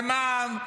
על מע"מ,